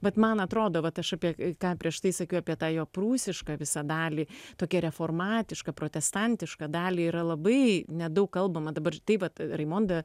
vat man atrodo vat aš apie k ką prieš tai sakiau apie tą jo prūsišką visą dalį tokia reformatišką protestantišką dalį yra labai nedaug kalbama dabar tai vat raimonda